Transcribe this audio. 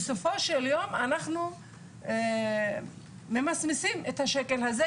בסופו של יום אנחנו ממסמסים את השקל הזה,